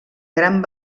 gran